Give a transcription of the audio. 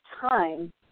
time